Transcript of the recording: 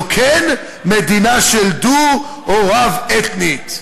לא כן מדינה דו או רב אתנית.